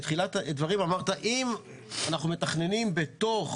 בתחילת הדברים אמרת שאם אנחנו מתכננים בתוך